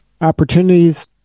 opportunities